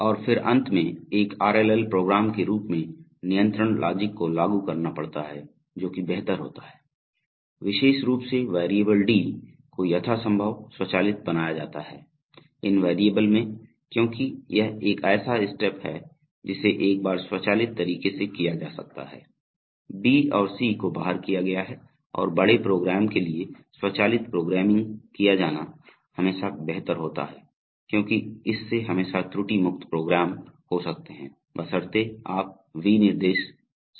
और फिर अंत में एक आरएलएल प्रोग्रम के रूप में नियंत्रण लॉजिक को लागू करना पड़ता है जोकि बेहतर होता है विशेष रूप से वेरिएबल डी को यथासंभव स्वचालित बनाया जाता है इन वेरिएबल में क्योंकि यह एक ऐसा स्टेप्स है जिसे एक बार स्वचालित तरीके से किया जा सकता है बी और सी को बाहर किया गया है और बड़े प्रोग्रम के लिए स्वचालित प्रोग्रामिंग किया जाना हमेशा बेहतर होता है क्योंकि इससे हमेशा त्रुटि मुक्त प्रोग्रम हो सकते हैं बशर्ते आपके विनिर्देश सही हो